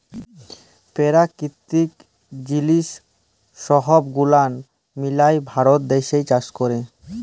পেরাকিতিক জিলিস সহব গুলান মিলায় ভারত দ্যাশে চাষ ক্যরে